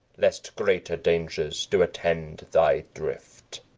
lest greater dangers do attend thy drift.